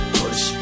push